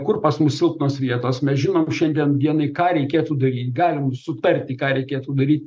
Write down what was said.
kur pas mus silpnos vietos mes žinom šiandien dienai ką reikėtų daryt galim sutarti ką reikėtų daryt